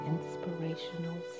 Inspirational